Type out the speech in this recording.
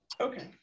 Okay